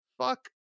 Fuck